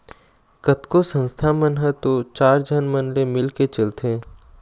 कतको संस्था मन ह तो चार झन मन ले मिलके चलथे